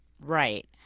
Right